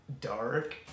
dark